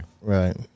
Right